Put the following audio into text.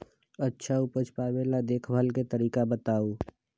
अच्छा उपज पावेला देखभाल के तरीका बताऊ?